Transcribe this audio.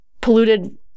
polluted